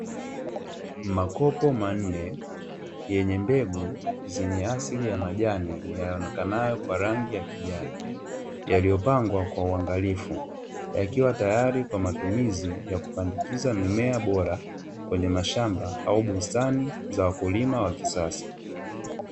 Makopo manne yenye mbegu zenye asili ya majani yaonekanayo kwa rangi ya kijani, yaliyopangwa kwa uangalifu yakiwa tayari kwa matumizi ya kupandikiza mimea bora, kwenye mashamba au bustani za wakulima wa kisasa.